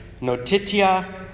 notitia